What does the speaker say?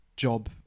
job